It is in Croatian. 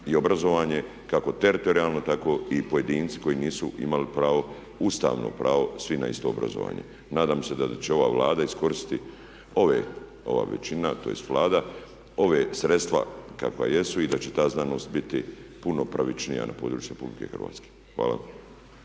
i obrazovanje kako teritorijalno tako i pojedinci koji nisu imali pravo, ustavno pravo svi na isto obrazovanje. Nadam se da će ova Vlada iskoristiti ove, ova većina tj. Vlada ova sredstva kakva jesu i da će ta znanost biti puno pravičnija na području RH. Hvala.